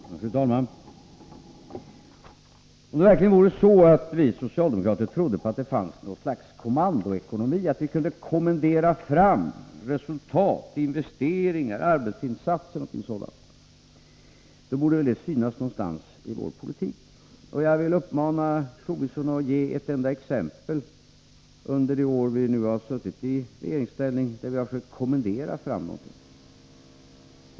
Fru talman! Om det verkligen var så att vi socialdemokrater trodde på något slags kommandoekonomi — att man kunde kommendera fram resultat, investeringar, arbetsinsatser och liknande — borde väl det synas någonstans i vår politik. Jag vill uppmana Lars Tobisson att försöka ge ett enda exempel på att vi har försökt kommendera fram någonting under de år som vi har suttit i regeringsställning.